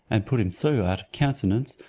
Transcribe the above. and put him so out of countenance,